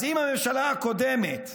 אז אם הממשלה הקודמת,